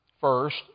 first